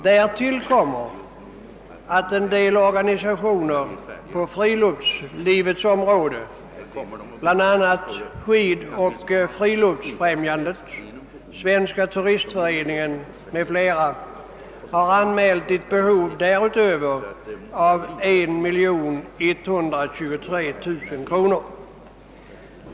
Därtill kommer att en del organisationer på friluftslivets område, bl.a. Skidoch friluftsfrämjandet samt Svenska turistföreningen, anmält ett bidragsbehov därutöver av 1123 000 kronor.